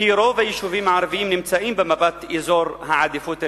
כי רוב היישובים הערביים נמצאים במפת אזורי העדיפות הלאומית,